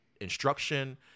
instruction